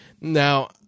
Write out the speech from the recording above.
now